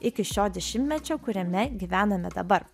iki šio dešimtmečio kuriame gyvename dabar